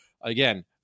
again